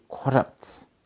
corrupts